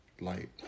light